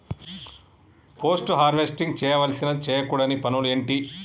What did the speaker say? Post harvesting చేయవలసిన చేయకూడని పనులు ఏంటి?